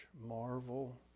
marvel